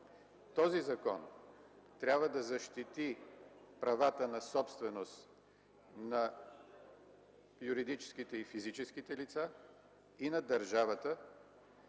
Този закон трябва да защити правата на собственост на юридическите и физическите лица и на държавата;